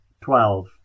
twelve